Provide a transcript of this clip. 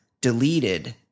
deleted